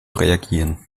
reagieren